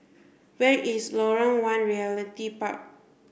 where is Lorong one Realty Park